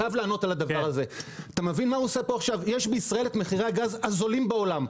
יש בישראל את מחירי הגז הזולים בעולם,